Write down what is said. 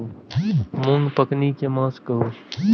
मूँग पकनी के मास कहू?